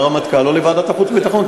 לרמטכ"ל או לוועדת החוץ והביטחון,